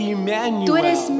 Emmanuel